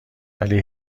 ولی